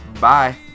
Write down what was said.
Bye